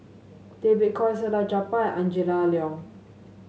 Tay Bak Koi Salleh Japar and Angela Liong